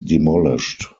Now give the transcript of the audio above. demolished